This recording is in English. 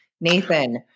Nathan